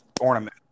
ornament